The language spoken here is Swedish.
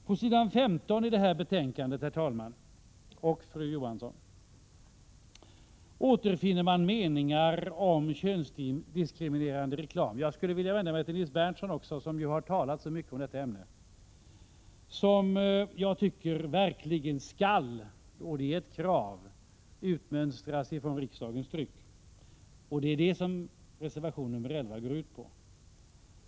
På s. 15 i betänkandet, herr talman och fru Johansson — jag skulle vilja vända mig också till Nils Berndtson, som ju har talat så mycket om detta ämne -— återfinner man meningar om könsdiskriminerande reklam som jag tycker verkligen skall, det är alltså ett krav, utmönstras ur riksdagens tryck. Det är detta reservation 11 går ut på.